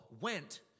went